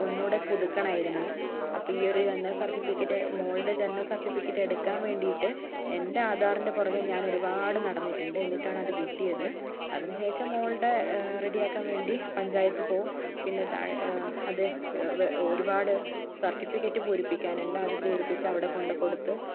ഒന്നുകൂടി പുതുക്കണമായിരുന്നു അപ്പോൾ ഈ ഒരു ജനന സർട്ടിഫിക്കറ്റ് മോളുടെ ജനന സർട്ടിഫിക്കറ്റ് എടുക്കാൻ വേണ്ടിയിട്ട് എൻ്റെ ആധാറിൻ്റെ പുറകെ ഞാൻ ഒരുപാട് നടന്നിട്ടുണ്ട് എന്നിട്ടാണത് കിട്ടിയത് അതിന് ശേഷം മോളുടെ റെഡിയാക്കാൻ വേണ്ടി പഞ്ചായത്തിൽ പോകും പിന്നെ താഴെ അതെ ഒരുപാട് സർട്ടിഫിക്കറ്റ് പൂരിപ്പിക്കാൻ ഉണ്ട് അത് പൂരിപ്പിച്ച് അവിടെ കൊണ്ടുക്കൊടുത്ത്